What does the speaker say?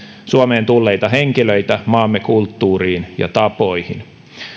suomeen tulleita henkilöitä maamme kulttuuriin ja tapoihin